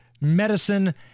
medicine